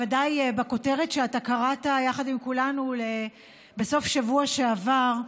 שאתה בוודאי קראת יחד עם כולנו בסוף שבוע שעבר,